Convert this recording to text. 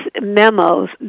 memos